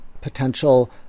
potential